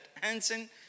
Hansen